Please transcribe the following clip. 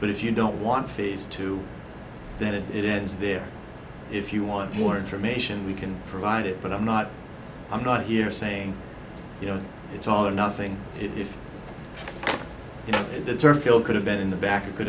but if you don't want phase two that it is there if you want more information we can provide it but i'm not i'm not here saying you know it's all or nothing if the turf ill could have been in the back it could